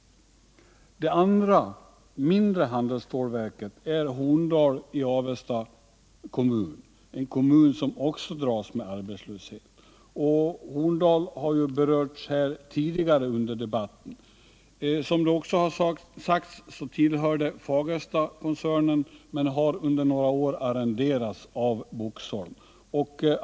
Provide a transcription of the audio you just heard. Det andra mindre handelsstålverket är Horndal i Avesta kommun, en kommun som också dras med arbetslöshet. Horndal har berörts tidigare under debatten. Som också sagts tillhör det Fagerstakoncernen men har under några år arrenderats av Boxholm.